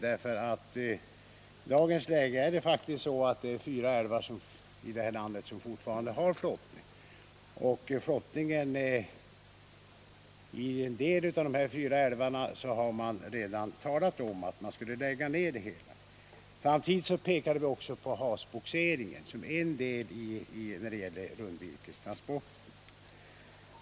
I dagens läge är det faktiskt så, att fyra älvar i det här landet fortfarande har flottning. Man har emellertid talat om att lägga ned flottningen i vissa av dem. Samtidigt pekade vi på havsbogseringen som en metod när det gäller rundvirkestransport.